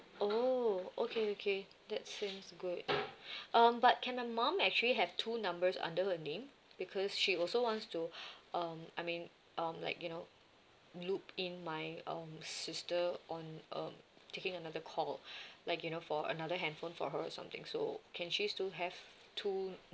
oh okay okay that seems good um but can my mum actually have two numbers under her name because she also wants to um I mean um like you know loop in my um sister on um taking another call like you know for another handphone for her or something so can she still have two